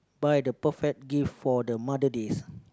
buy the perfect gift for the Mother Day